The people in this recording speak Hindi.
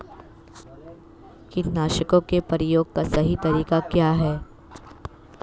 कीटनाशकों के प्रयोग का सही तरीका क्या है?